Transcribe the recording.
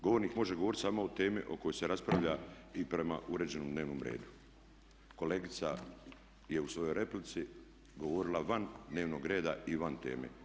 Govornik može govoriti samo o temi o kojoj se raspravlja i prema uređenom dnevnom redu." Kolegica je u svojoj replici govorila van dnevnog reda i van teme.